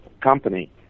company